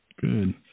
Good